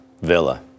Villa